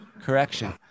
Correction